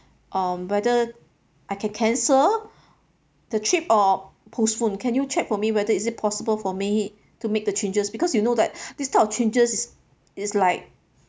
um whether I can cancel the trip or postpone can you check for me whether is it possible for me to make the changes because you know that this type of changes is is like